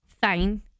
Fine